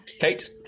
kate